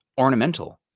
ornamental